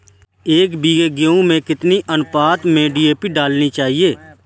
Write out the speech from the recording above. एक बीघे गेहूँ में कितनी अनुपात में डी.ए.पी खाद डालनी चाहिए?